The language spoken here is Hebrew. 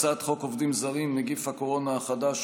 הצעת חוק עובדים זרים (נגיף הקורונה החדש,